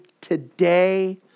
today